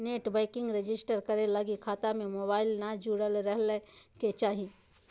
net banking register करे लगी खता में मोबाईल न जुरल रहइ के चाही